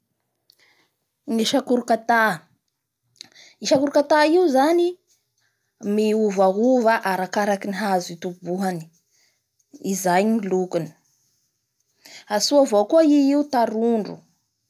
Ny sakorkata, i sakorkata io zany miovaova arakin-ny hazo itoboany izay no lokony atsoa avao koa i io tarondro.